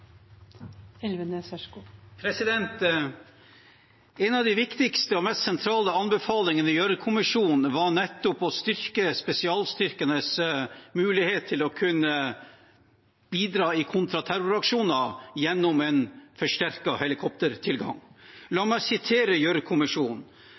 En av de viktigste og mest sentrale anbefalingene til Gjørv-kommisjonen var nettopp å styrke spesialstyrkenes mulighet til å kunne bidra i kontraterroraksjoner gjennom en forsterket helikoptertilgang.